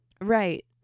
Right